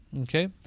Okay